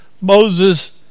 Moses